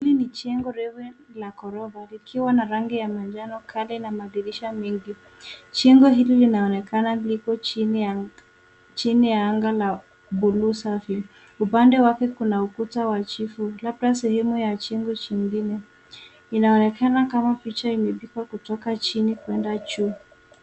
Hili ni jengo refu la ghorofa likiwa na rangi ya manjano kali na madirisha mengi. Jengo hili linaonekana liko chini ya anga na buluu safi. Upande wake kuna ukuta wa jivu labda sehemu ya jengo jingine. Inaonekana kama picha ilipigwa kutoka chini kwenda juu.